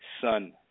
son